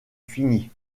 fini